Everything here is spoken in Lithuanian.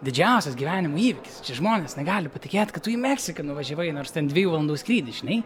didžiausias gyvenimo įvykis žmonės negali patikėt kad tu į meksiką nuvažiavai nors ten dviejų valandų skrydis žinai